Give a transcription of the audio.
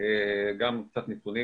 שצריכה לשרת גם את עפולה וגם את כל הסביבה,